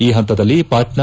ಈ ಹಂತದಲ್ಲಿ ಪಾಟ್ನಾ